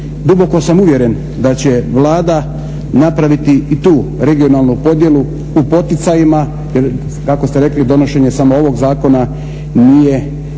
duboko sam uvjeren da će Vlada napraviti i tu regionalnu podjelu u poticajima. Jer kako ste rekli donošenje samo ovog zakona nije ono